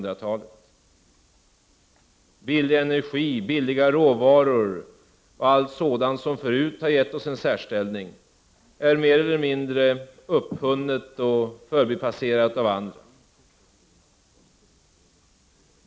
När det gäller billig energi, billiga råvaror och allt sådant som förut har gett oss en särställning, har detta mer eller mindre upphunnits eller passerats av andra.